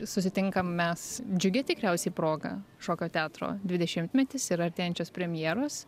susitinkam mes džiugia tikriausiai proga šokio teatro dvidešimtmetis ir artėjančios premjeros